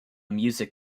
music